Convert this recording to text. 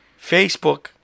Facebook